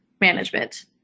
management